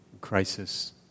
crisis